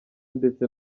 ndetse